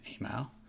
email